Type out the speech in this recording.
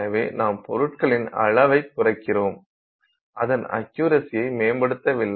எனவே நாம் பொருட்களின் அளவைக் குறைக்கிறோம் அதன் அக்யுரசியை மேம்படுத்தவில்லை